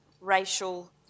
racial